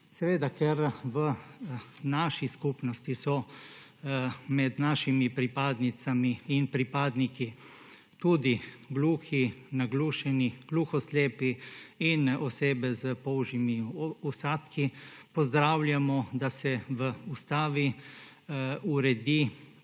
Ker so v naši skupnosti med našimi pripadnicami in pripadniki tudi gluhi, naglušni, gluhoslepi in osebe s polžjimi vsadki, pozdravljamo, da se v ustavi uredi